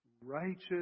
righteous